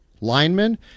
linemen